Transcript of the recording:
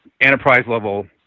enterprise-level